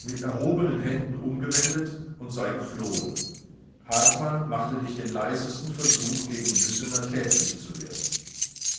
mit erhobenen händen umgewendet und sei geflohen hartmann machte nicht den leisesten versuch gegen hüssener tätlich zu werden